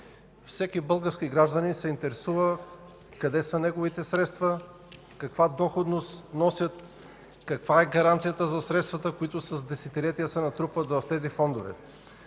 Всеки български гражданин се интересува къде са неговите средства, каква доходност носят, каква е гаранцията за средствата, които с десетилетия се натрупват в тези фондове.